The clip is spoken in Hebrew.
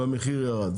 המחיר ירד.